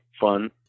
fun